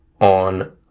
on